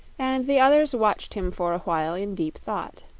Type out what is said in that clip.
and the others watched him for a while in deep thought.